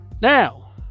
now